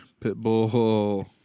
Pitbull